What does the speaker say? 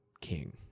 king